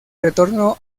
retorno